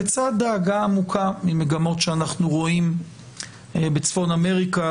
בצד דאגה עמוקה ממגמות שאנחנו רואים בצפון אמריקה,